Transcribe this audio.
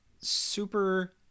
super